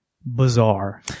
bizarre